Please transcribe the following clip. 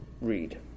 read